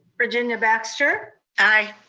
virginia baxter. aye.